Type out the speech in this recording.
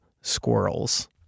squirrels